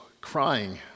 crying